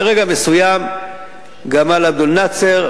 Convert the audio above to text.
ברגע מסוים גמאל עבד-אלנאצר,